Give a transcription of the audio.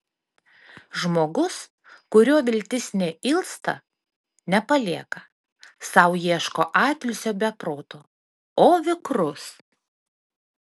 žmogus kurio viltis neilsta nepalieka sau ieško atilsio be proto o vikrus